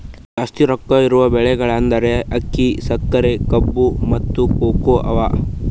ಜಾಸ್ತಿ ರೊಕ್ಕಾ ಇರವು ಬೆಳಿಗೊಳ್ ಅಂದುರ್ ಅಕ್ಕಿ, ಸಕರಿ, ಕಬ್ಬು, ಮತ್ತ ಕೋಕೋ ಅವಾ